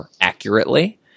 accurately